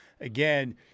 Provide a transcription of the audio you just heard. again